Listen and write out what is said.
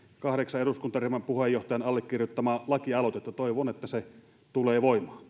kahdeksan eduskuntaryhmän puheenjohtajan allekirjoittamaa lakialoitetta toivon että se tulee voimaan